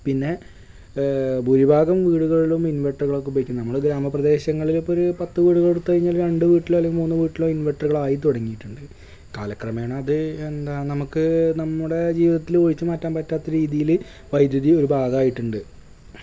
പിന്നെ ഭൂരിഭാഗം വീടുകളിലും ഇൻവർട്ടറുകളൊക്കെ ഉപയോഗിക്കുന്നവരാണ് ഗ്രാമപ്രദേശങ്ങളിലിപ്പം ഒരു പത്തു വീടെടുത്തു കഴിഞ്ഞാൽ രണ്ടു വീട്ടിലൊ അല്ലെ മൂന്നു വീട്ടിലോ ഇൻവർട്ടറുകളായി തുടങ്ങിയിട്ടുണ്ട് കാലക്രമേണ അത് എന്താ നമുക്ക് നമ്മുടെ ജീവിതത്തിൽ ഒഴിച്ചു മാറ്റാമ്പറ്റാത്ത രീതിയിൽ വൈദ്യുതി ഒരു ഭാഗമായിട്ടുണ്ട്